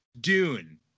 Dune